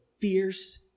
fierce